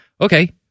Okay